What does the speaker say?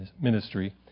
ministry